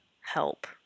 help